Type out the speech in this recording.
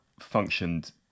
functioned